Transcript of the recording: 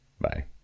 Bye